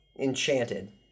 enchanted